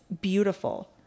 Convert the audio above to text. beautiful